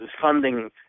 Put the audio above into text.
funding